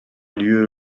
lieu